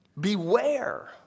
Beware